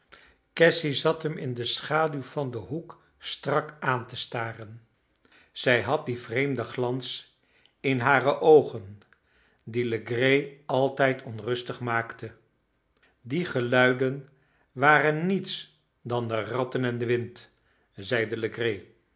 cassy zat hem in de schaduw van den hoek strak aan te staren zij had dien vreemden glans in hare oogen die legree altijd onrustig maakte die geluiden waren niets dan de ratten en de wind